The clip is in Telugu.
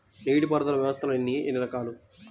నీటిపారుదల వ్యవస్థలు ఎన్ని రకాలు?